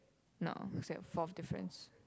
no you said fourth difference